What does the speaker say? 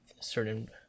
certain